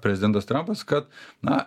prezidentas trampas kad na